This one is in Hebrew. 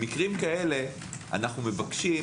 במקרים כאלה אנחנו מבקשים